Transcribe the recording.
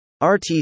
RT